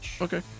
Okay